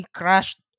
crashed